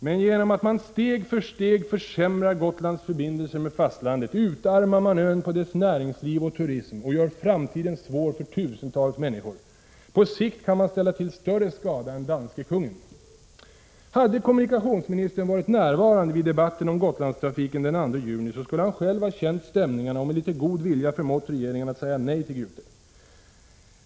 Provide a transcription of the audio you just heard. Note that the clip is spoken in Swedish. Men genom att man steg för steg försämrar Gotlands förbindelser med fastlandet utarmar man ön på dess näringsliv och turism och gör framtiden svår för tusentals människor. På sikt kan man ställa till större skada än den danske kungen. Hade kommunikationsministern varit närvarande vid debatten om Gotlandstrafiken den 2 juni skulle han själv ha känt stämningarna och med litet god vilja förmått regeringen att säga nej till Gute.